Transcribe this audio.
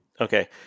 Okay